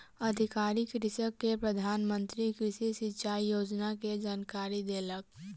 अधिकारी कृषक के प्रधान मंत्री कृषि सिचाई योजना के जानकारी देलक